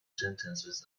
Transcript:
sentences